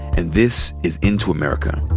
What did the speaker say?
and this is into america.